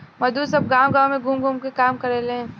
मजदुर सब गांव गाव घूम के काम करेलेन